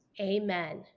Amen